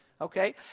Okay